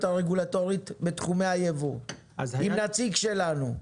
הרגולטורית בתחומי היבוא עם נציג שלנו .